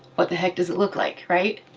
what the heck does it look like, right?